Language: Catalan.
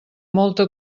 molta